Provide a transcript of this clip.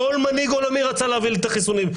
כל מנהיג עולמי רצה להוביל את החיסונים,